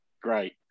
great